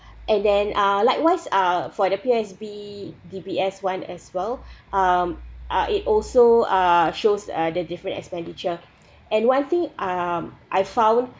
and then uh likewise uh for the P_O_S_B D_B_S one as well um uh it also uh shows uh the different expenditure and one thing um I found